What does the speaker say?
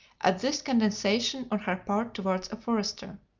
at this condescension on her part toward a forester.